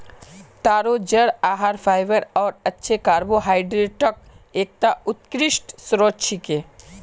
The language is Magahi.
तारो जड़ आहार फाइबर आर अच्छे कार्बोहाइड्रेटक एकता उत्कृष्ट स्रोत छिके